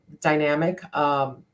dynamic